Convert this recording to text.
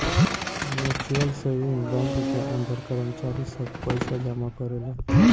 mutual saving bank के अंदर कर्मचारी सब पइसा जमा करेले